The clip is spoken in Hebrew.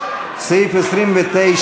סעיף 29,